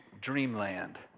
Dreamland